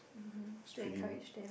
stream